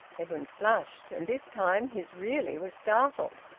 edwin flushed. and this time his really! was startled.